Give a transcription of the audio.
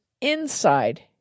inside